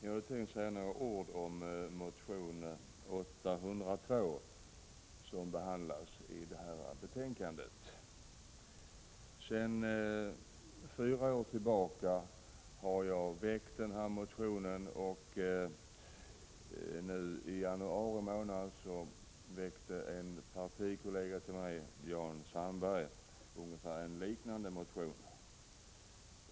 Fru talman! Jag hade tänkt säga några ord om motion 802, som behandlas i detta betänkande. Sedan fyra år tillbaka har jag väckt den här motionen. I januari månad väckte en partikollega till mig, Jan Sandberg, en liknande motion.